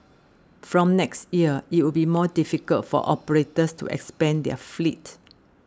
from next year it will be more difficult for operators to expand their fleet